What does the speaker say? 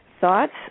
thoughts